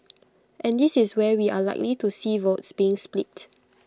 and this is where we are likely to see votes being split